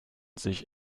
sich